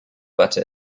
butter